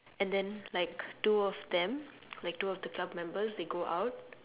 and then like two of them like two of the club members they go out